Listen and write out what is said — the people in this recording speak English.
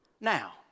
now